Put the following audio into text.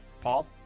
Paul